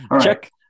Check